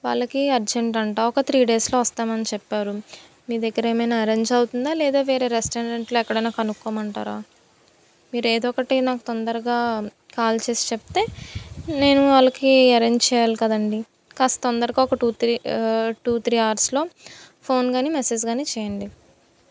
వాళ్ళకి అర్జెంటు అంట ఒక త్రీ డేస్లో వస్తామని చెప్పారు నీ దగ్గర ఏమైనా అరెంజ్ అవుతుందా లేదా వేరే రెస్టారెంట్లో ఎక్కడైనా కనుక్కోమంటారా మీరేదో ఒకటి నాకు తొందరగా కాల్ చేసి చెప్తే నేను వాళ్ళకి అరెంజ్ చేయాలి కదండి కాస్త తొందరగా ఒక టూ త్రీ టూ త్రీ ఆర్స్లో ఫోన్ కానీ మెసేజ్ కానీ చేయండి